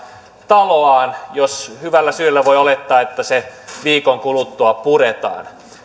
taloaan jos hyvällä syyllä voi olettaa että se viikon kuluttua puretaan